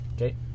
Okay